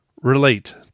relate